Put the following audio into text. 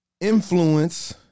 Influence